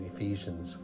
Ephesians